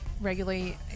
regularly